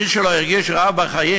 מי שלא הרגיש רעב בחיים,